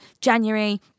January